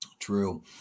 true